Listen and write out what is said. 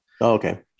Okay